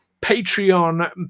Patreon